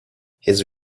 his